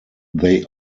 they